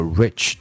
rich